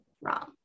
wrong